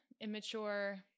immature